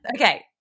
Okay